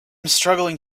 struggling